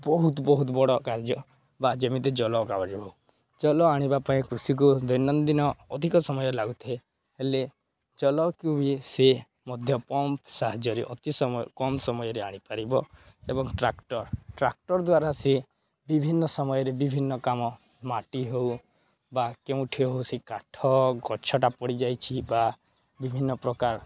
ବହୁତ ବହୁତ ବଡ଼ କାର୍ଯ୍ୟ ବା ଯେମିତି ଜଳ କାଗଜ ହଉ ଜଳ ଆଣିବା ପାଇଁ କୃଷିକୁ ଦୈନନ୍ଦିନ ଅଧିକ ସମୟ ଲାଗୁଥାଏ ହେଲେ ଜଳକୁ ବି ସେ ମଧ୍ୟ ପମ୍ପ ସାହାଯ୍ୟରେ ଅତି ସମୟ କମ୍ ସମୟରେ ଆଣିପାରିବ ଏବଂ ଟ୍ରାକ୍ଟର ଟ୍ରାକ୍ଟର ଦ୍ୱାରା ସେ ବିଭିନ୍ନ ସମୟରେ ବିଭିନ୍ନ କାମ ମାଟି ହେଉ ବା କେଉଁଠି ହେଉ ସେ କାଠ ଗଛଟା ପଡ଼ିଯାଇଛି ବା ବିଭିନ୍ନ ପ୍ରକାର